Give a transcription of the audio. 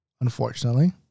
Unfortunately